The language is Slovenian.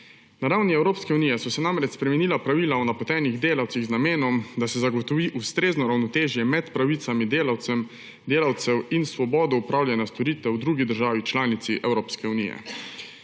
Na ravni Evropske unije so se namreč spremenila pravila o napotenih delavcih z namenom, da se zagotovi ustrezno ravnotežje med pravicami delavcev in svobodo opravljanja storitev v drugi državi članici Evropske unije.